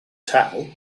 tell